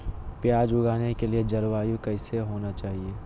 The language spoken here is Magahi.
प्याज उगाने के लिए जलवायु कैसा होना चाहिए?